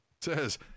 says